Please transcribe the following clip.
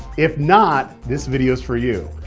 if not, this video is for you.